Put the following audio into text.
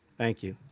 thank you.